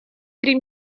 три